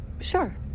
Sure